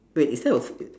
wait is that a